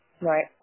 Right